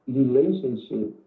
relationship